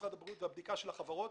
משרד הבריאות והבדיקה של החברות